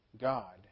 God